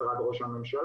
משרד ראש הממשלה,